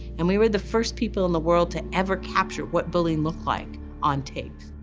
and we were the first people in the world to ever capture what bullying looked like on tape.